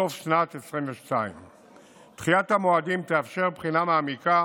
סוף שנת 2022. דחיית המועדים תאפשר בחינה מעמיקה